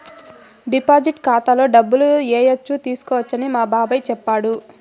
deposit ఖాతాలో డబ్బులు ఏయచ్చు తీసుకోవచ్చని మా బాబాయ్ చెప్పాడు